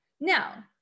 Now